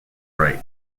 right